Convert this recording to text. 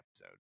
episode